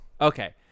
Okay